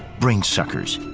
brain suckers.